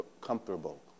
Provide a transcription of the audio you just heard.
comfortable